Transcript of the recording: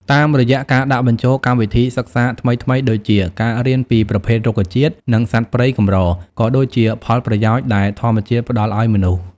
តាមរយៈការដាក់បញ្ចូលកម្មវិធីសិក្សាថ្មីៗដូចជា ការរៀនពីប្រភេទរុក្ខជាតិ និងសត្វព្រៃកម្រ ក៏ដូចជាផលប្រយោជន៍ដែលធម្មជាតិផ្ដល់ឱ្យមនុស្ស។